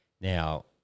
Now